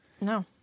No